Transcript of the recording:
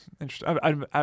Interesting